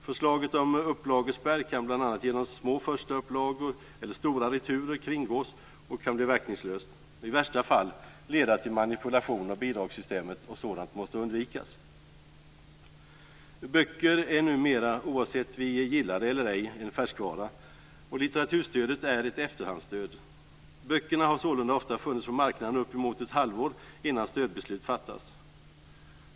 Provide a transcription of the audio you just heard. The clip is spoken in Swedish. Förslaget om upplagespärr kan bl.a. genom små förstaupplagor eller stora returer kringgås och bli verkningslöst och i värsta fall leda till manipulation av bidragssystemet. Sådant måste undvikas. Böcker är numera - oavsett om vi gillar det eller ej - en färskvara och litteraturstödet är ett efterhandsstöd. Böckerna har sålunda ofta funnits på marknaden upp emot ett halvår innan stödbeslut fattas.